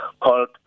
called